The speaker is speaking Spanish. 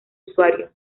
usuario